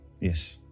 Yes